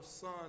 Son